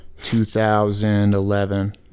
2011